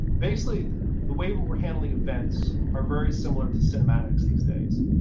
basically the way that we're handling events are very similar to cinematics these days.